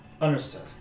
Understood